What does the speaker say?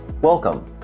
Welcome